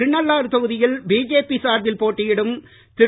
திருநள்ளாறு தொகுதியில் பிஜேபி சார்பில் போட்டியிடும் திரு